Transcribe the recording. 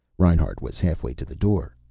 reinhart was half way to the door.